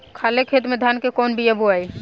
खाले खेत में धान के कौन बीया बोआई?